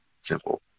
Simple